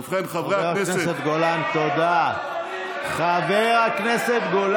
ובכן, חברי הכנסת, אתה מכחיש שהצעת הצעות